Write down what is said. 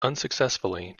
unsuccessfully